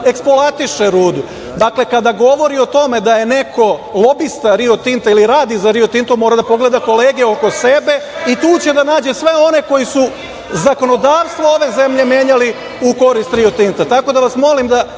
eksploatiše rudu. Dakle, kada govori o tome da je neko lobista Rio Tinta i radi za Rio Tinto mora da pogleda kolege oko sebe i tu će da nađe sve one koji su zakonodavstvo ove zemlje menjali u korist Rio Tinta. Tako